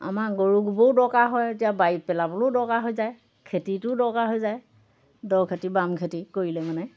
আমাৰ গৰু গোবৰো দৰকাৰ হয় এতিয়া বাৰীত পেলাবলৈও দৰকাৰ হৈ যায় খেতিটোও দৰকাৰ হৈ যায় দ খেতি বাম খেতি কৰিলে মানে